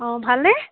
অঁ ভালনে